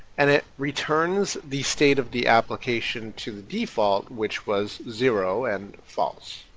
and it returns the state of the application to the default which was zero and false.